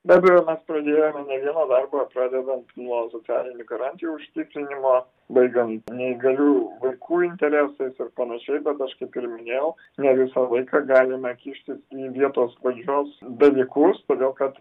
be abejo mes pradėjome ne vieną darbą pradedant nuo socialinių garantijų užtikrinimo baigiant neįgalių vaikų interesais ir panašiai bet aš kaip ir minėjau ne visą laiką galime kištis į vietos valdžios dalykus todėl kad